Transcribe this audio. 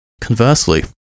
Conversely